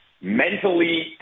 mentally